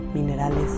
minerales